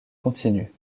continu